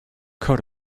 coat